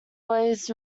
always